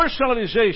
personalization